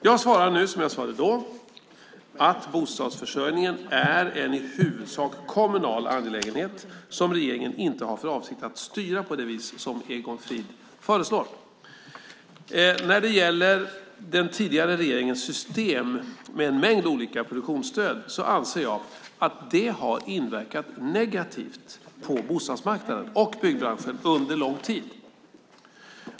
Jag svarar nu som jag svarade då, att bostadsförsörjningen är en i huvudsak kommunal angelägenhet som regeringen inte har för avsikt att styra på det vis som Egon Frid föreslår. När det gäller den tidigare regeringens system med en mängd olika produktionsstöd anser jag att de har inverkat negativt på bostadsmarknaden och byggbranschen under lång tid.